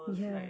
ya